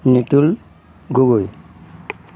Nitul Gogoi